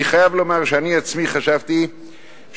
אני חייב לומר שאני עצמי חשבתי שאפיון